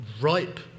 ripe